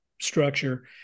structure